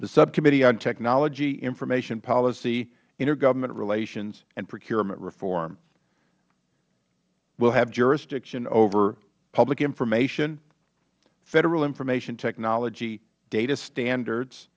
the subcommittee on technology information policy intergovernmental relations and procurement reform will have jurisdiction over public information federal information technology and data standards